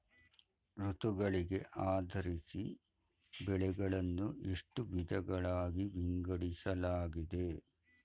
ಋತುಗಳಿಗೆ ಆಧರಿಸಿ ಬೆಳೆಗಳನ್ನು ಎಷ್ಟು ವಿಧಗಳಾಗಿ ವಿಂಗಡಿಸಲಾಗಿದೆ?